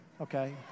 okay